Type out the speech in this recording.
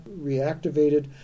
reactivated